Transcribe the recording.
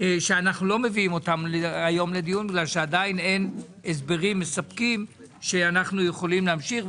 שאנו לא מביאים היום לדיון כי עדיין אין הסברים מספקים שיכולים להמשיך.